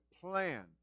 plan